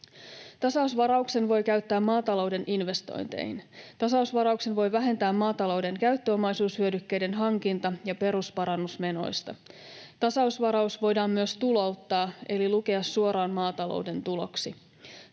Tasausvarauksen voi käyttää maatalouden investointeihin. Tasausvarauksen voi vähentää maatalouden käyttöomaisuushyödykkeiden hankinta- ja perusparannusmenoista. Tasausvaraus voidaan myös tulouttaa eli lukea suoraan maatalouden tuloksi.